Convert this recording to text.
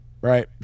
right